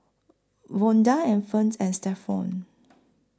Vonda and Fern and Stephon